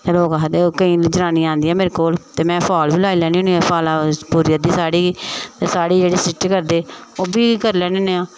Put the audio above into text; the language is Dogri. लोग आखदे ओह् केईं जनानियां आंदियां मेरे कोल ते में फाल बी लाई लैन्नी होन्नी आं फाल पूरी अद्धी साड़ी गी ते साड़ी जेह्ड़ी स्टिच करदे ओह् बी करी लैन्नी होन्नी आं